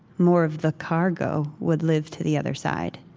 more of the cargo would live to the other side.